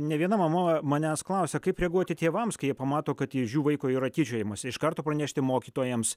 ne viena mama manęs klausia kaip reaguoti tėvams kai jie pamato kad iš jų vaiko yra tyčiojamasi iš karto pranešti mokytojams